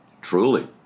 truly